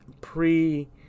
pre